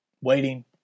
Waiting